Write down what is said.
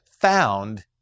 found